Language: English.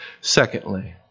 Secondly